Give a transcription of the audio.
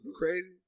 Crazy